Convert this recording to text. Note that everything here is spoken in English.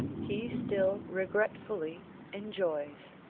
he still regretfully enjoys.